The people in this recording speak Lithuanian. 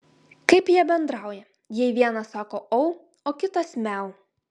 kaip jie bendrauja jei vienas sako au o kitas miau